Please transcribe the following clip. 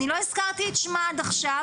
אני לא הזכרתי את שמה עד עכשיו,